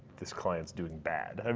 this client's doing bad. um